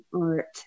art